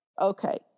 okay